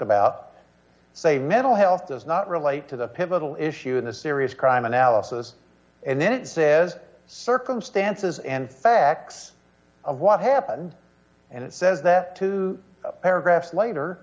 about say mental health does not relate to the pivotal issue in the serious crime analysis and then it says circumstances and facts of what happened and it says that two paragraphs later